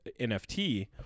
NFT